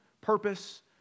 purpose